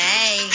Hey